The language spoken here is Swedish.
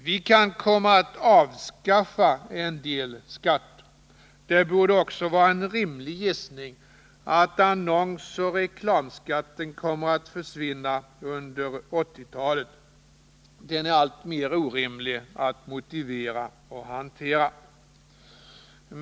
Vi kan komma att avskaffa en del skatter — det borde också vara en rimlig gissning att annonsoch reklamskatten kommer att försvinna under 1980-talet. Den är alltmer orimlig att motivera och hantera.